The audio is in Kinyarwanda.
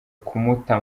kumuta